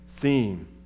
theme